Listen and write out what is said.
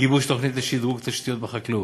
גיבוש תוכנית לשדרוג תשתיות בחקלאות,